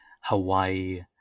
Hawaii